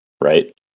right